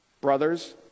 brothers